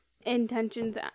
intentions